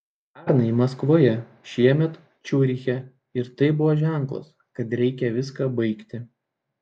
pernai maskvoje šiemet ciuriche ir tai buvo ženklas kad reikia viską baigti